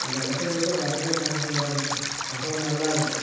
அந்த இடத்த விட்டு வர்றதுக்கே மனசு வராது அவ்வளோ நல்லா இருக்கும்